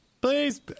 Please